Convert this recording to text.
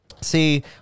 See